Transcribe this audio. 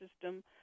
system